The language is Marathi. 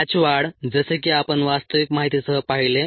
बॅच वाढ जसे की आपण वास्तविक माहितीसह पाहिले